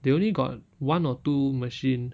they only got one or two machine